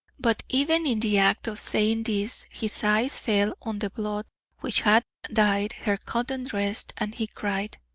but even in the act of saying this his eyes fell on the blood which had dyed her cotton dress and he cried